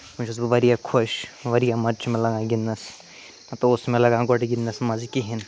وٕنۍ چھُس بہٕ واریاہ خوش واریاہ مَزٕ چھُ مےٚ لَگان گِنٛدنَس نَتہٕ اوس نہٕ مےٚ لَگان گۄڈٕ گِنٛدنَس مَزٕ کِہیٖنۍ